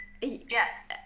yes